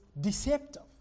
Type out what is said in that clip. deceptive